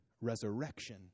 resurrection